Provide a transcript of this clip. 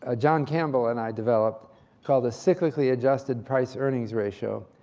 ah john campbell and i developed called the cyclically adjusted price earnings ratio,